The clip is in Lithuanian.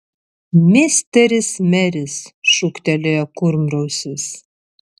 misteris meris šūktelėjo kurmrausis